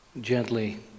gently